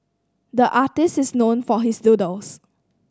the artist is known for his doodles